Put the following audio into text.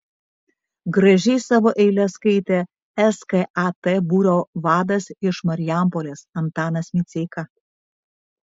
gražiai savo eiles skaitė skat būrio vadas iš marijampolės antanas miceika